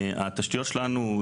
התשתיות שלנו,